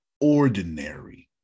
ordinary